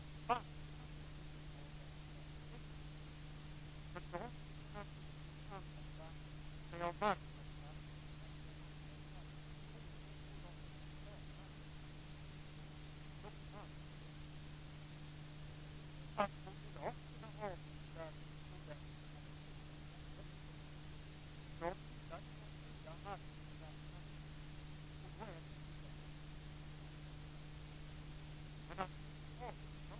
Att Moderaterna avvisar modellen förstår jag också. De hyllar de fria marknadskrafternas spel, och då är det inte den modellen som passar. Att Socialdemokraterna förkastar Centerpartiets förslag kan jag inte förstå. Ett bättre passande förslag för den gamla, välrenommerade folkhemsmodellen kan jag inte se. I den sparmodellen är all spekulation och alla marknadskrafter borta.